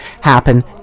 happen